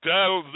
Tell